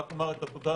רק אומר את התודה